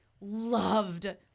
loved